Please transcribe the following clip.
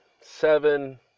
seven